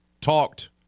talked